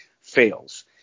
fails